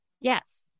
Yes